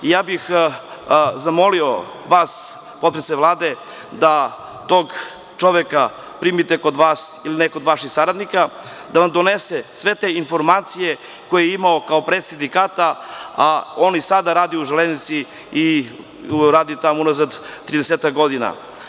Ja bih zamolio vas, potpredsednice Vlade, da tog čoveka primite kod vas, ili neko od vaših saradnika, da vam donese sve te informacije koje je imao kao predsednik sindikata, a on i sada radi u „Železnici“, radi tamo unazad 30 godina.